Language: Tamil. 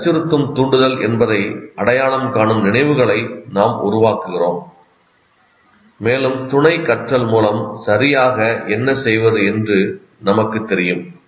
இது அச்சுறுத்தும் தூண்டுதல் என்பதை அடையாளம் காணும் நினைவுகளை நாம் உருவாக்குகிறோம் மேலும் துணை கற்றல் மூலம் சரியாக என்ன செய்வது என்று நமக்குத் தெரியும்